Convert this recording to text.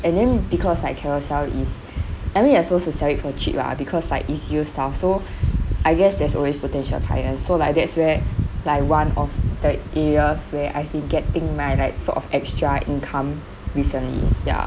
and then because like carousell is I mean you're supposed to sell it for cheap lah because like it's used stuff so I guess there's always potential client so like that's where like one of the areas where I can get things my right sort of extra income recently ya